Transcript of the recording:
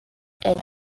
and